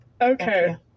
okay